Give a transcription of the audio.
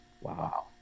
Wow